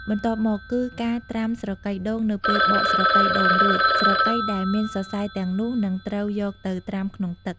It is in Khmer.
បន្ទាប់់មកគឺ ការត្រាំស្រកីដូងនៅពេលបកស្រកីដូងរួច ស្រកីដែលមានសរសៃទាំងនោះនឹងត្រូវយកទៅ ត្រាំក្នុងទឹក។